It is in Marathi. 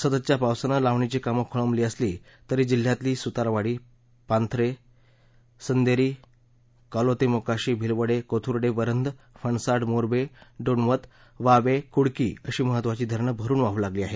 सततच्या पावसानं लावणीची कामं खोळंबली असली तरी जिल्हयातली सुतारवाडी पांभरे संदेरी कलोते मोकाशी भिलवले कोथुर्डे वरंध फणसाड मोर्बे डोणवत वावे कुडकी अशी महत्वाची धरणं भरून वाहू लागली आहेत